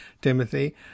Timothy